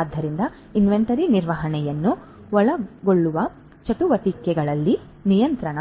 ಆದ್ದರಿಂದ ಇನ್ವೆಂಟರಿ ನಿರ್ವಹಣೆಯನ್ನು ಒಳಗೊಳ್ಳುವ ಚಟುವಟಿಕೆಗಳಲ್ಲಿ ನಿಯಂತ್ರಣ